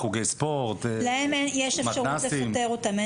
יש להם אפשרות לפטר אותם.